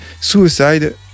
Suicide